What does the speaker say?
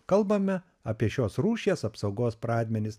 kalbame apie šios rūšies apsaugos pradmenis